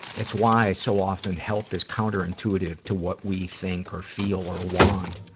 it's why, so often, help is counterintuitive to what we think or feel or want.